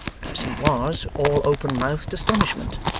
as he was, all open-mouthed astonishment.